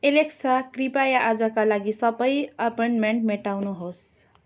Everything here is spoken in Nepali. एलेक्सा कृपया आजका लागि सबै अपोइन्मेन्ट मेटाउनुहोस्